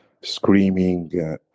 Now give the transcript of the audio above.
screaming